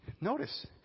Notice